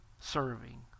serving